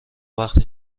وقتی